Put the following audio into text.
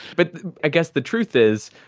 but i guess the truth is,